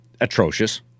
Atrocious